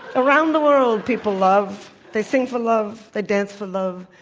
around the world, people love. they sing for love, they dance for love,